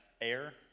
air